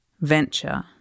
venture